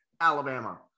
Alabama